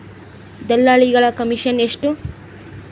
ದಲ್ಲಾಳಿಗಳ ಕಮಿಷನ್ ಎಷ್ಟು?